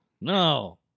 No